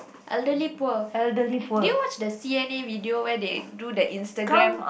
elderly poor did you watch the C_N_A video where they do the Instagram